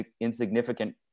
insignificant